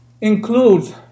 includes